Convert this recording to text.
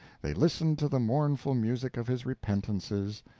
they listened to the mournful music of his repentances,